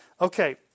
Okay